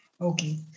Okay